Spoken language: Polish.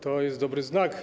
To jest dobry znak.